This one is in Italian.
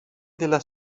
della